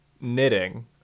knitting